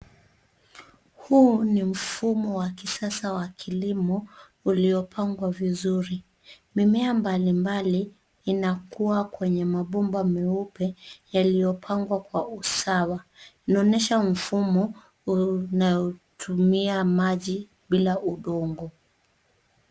Huu ni mfumo wa kisasa wa kilimo ulipangwa vizuri, mimea mbali mbali inakuwa kwenye mapomba meupe yaliopangwa kwa usawa. Inaonyesha mfumo unatumia maji bila udongo